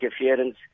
interference